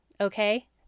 okay